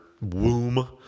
womb